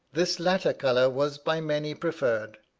this latter colour was by many preferred.